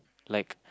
like